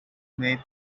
may